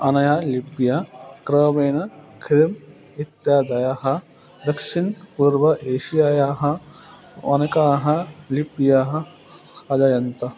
अनया लिप्या क्रमेण खिलम् इत्यादयः दक्षिणः पूर्वः एषियाः अनेकाः लिप्याः अजयन्त